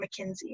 McKinsey